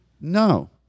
No